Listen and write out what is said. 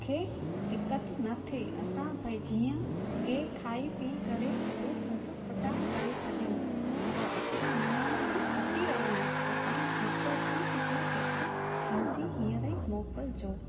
खे दिक़त न थिए असां भई जीअं के खाई पी करे उहे सभु फिटा करे छॾियूं त असां महिमान बि अची विया आहिनि त तव्हां जेतिरो थी सघे एतिरो जल्दी हींअर ई मोकिलिजो